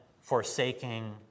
forsaking